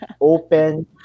Open